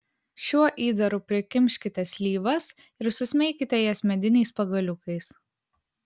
šiuo įdaru prikimškite slyvas ir susmeikite jas mediniais pagaliukais